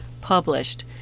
published